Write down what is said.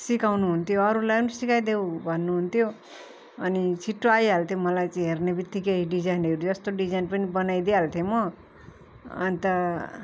सिकाउनु हुन्थ्यो अरूलाई पनि सिकाइदेउ भन्नु हुन्थ्यो अनि छिटो आइहाल्थ्यो मलाई चाहिँ हेर्ने बित्तिकै डिजाइनहरू जस्तो डिजाइन पनि बनाइदिहाल्थेँ म अन्त